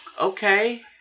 Okay